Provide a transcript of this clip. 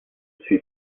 suis